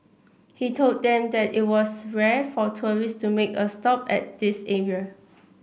he told them that it was rare for tourists to make a stop at this area